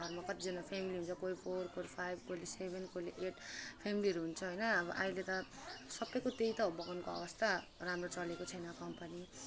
घरमा कतिजना फेमेली हुन्छ कोही फोर कोही फाइभ कसले सेभेन कसले एट फेमिलीहरू हुन्छ होइन अब अहिले त सबैको त्यही त हो बगानको अवस्था राम्रो चलेको छैन कम्पनी